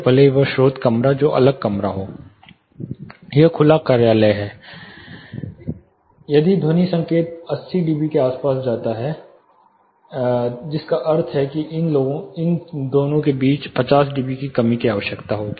भले ही वह स्रोत कमरा जो अगला कमरा हो यह खुला कार्यालय है यदि ध्वनि संकेत 80 DB के आसपास जाता है जिसका अर्थ है कि इन दोनों के बीच 50 db की कमी की आवश्यकता होगी